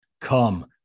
Come